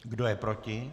Kdo je proti?